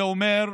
זה אומר,